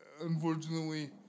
Unfortunately